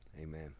Amen